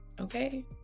Okay